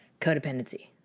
codependency